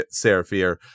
Seraphir